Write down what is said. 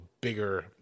bigger